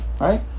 right